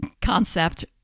concept